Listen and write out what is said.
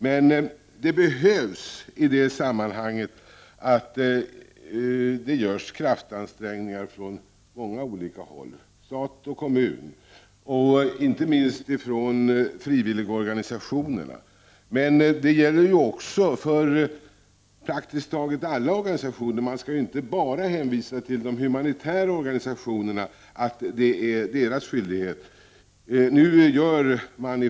Men i det sammanhanget behövs det kraftansträngningar från många olika håll — från stat och kommun och inte minst från frivilligorganisationernas sida. Men det gäller också praktiskt taget alla organisationer. Man skall inte bara hänvisa till att sådant här är en skyldighet enbart för de humanitära organisationerna.